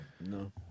No